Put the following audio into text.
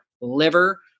liver